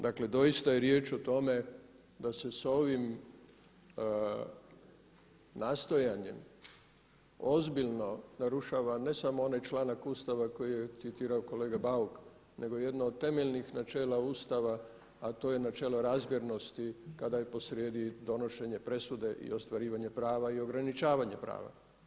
Dakle, doista je riječ o tome da se sa ovim nastojanjem ozbiljno narušava ne samo onaj članak Ustava koji je citirao kolega Bauk, nego jedno od temeljnih načela Ustava a to je načelo razmjernosti kada je posrijedi donošenje presude i ostvarivanje prava i ograničavanje prava.